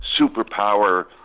superpower